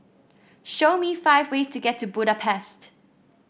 show me five ways to get to Budapest